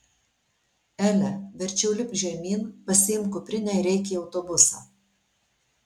ele verčiau lipk žemyn pasiimk kuprinę ir eik į autobusą